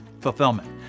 fulfillment